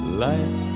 life